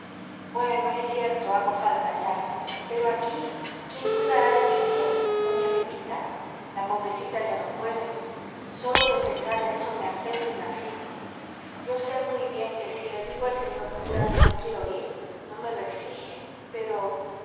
bueno es cierto hago falta allá pero aquí quién cuidará de tu tia doña pepita la pobrecita ya no puede sólo de pensar en eso me apeno y me aflijo yo sé muy bien que si le digo al señor cura que no quiero ir no me lo exige pero